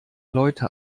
leute